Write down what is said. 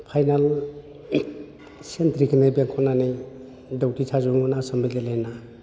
final सेन्ट्रारखौनो बेंखननानै दिउथि थाजोबोमोन आसाम बेटेलेना